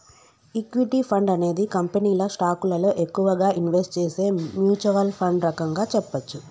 equity fund అనేది కంపెనీల స్టాకులలో ఎక్కువగా ఇన్వెస్ట్ చేసే మ్యూచ్వల్ ఫండ్ రకంగా చెప్పచ్చు